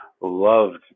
Loved